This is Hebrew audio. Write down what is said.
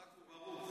חזק וברוך.